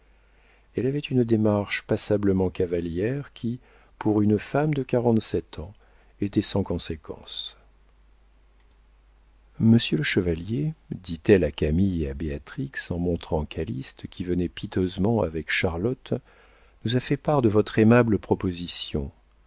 elle avait une démarche passablement cavalière qui pour une femme de quarante-sept ans était sans conséquence monsieur le chevalier dit-elle à camille et à béatrix en montrant calyste qui venait piteusement avec charlotte nous a fait part de votre aimable proposition